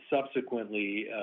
subsequently